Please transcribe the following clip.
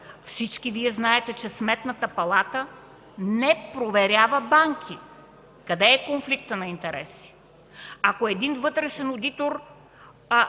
всички Вие знаете, че Сметната палата не проверява банки. Къде е конфликтът на интереси? Ако един вътрешен одитор